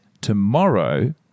tomorrow